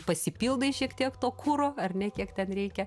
pasipildai šiek tiek to kuro ar ne kiek ten reikia